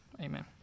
amen